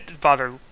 bother